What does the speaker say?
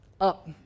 up